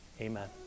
Amen